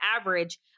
average